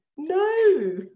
no